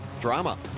drama